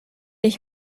ich